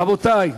רבותי,